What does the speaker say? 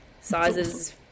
sizes